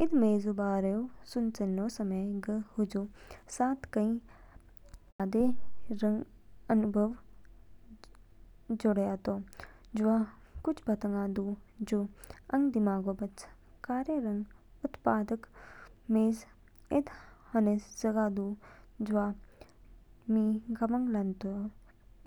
इद मेज़ऊ बारे सुचनो समय, ग हजू साथ कई यादें रंग अनुभवऊ जोडयातो। जवा कुछ बातंगा दू, जो आंग दिमागो बच। कार्य रंग उत्पादकता मेज़ इद होनेस जगह दू। जवा मि कामंग लो लान्च,